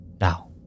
Now